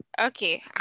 okay